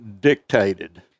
dictated